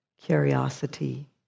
curiosity